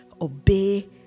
obey